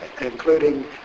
including